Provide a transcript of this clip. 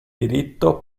diritto